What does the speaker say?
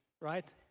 right